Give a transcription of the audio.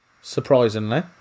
Surprisingly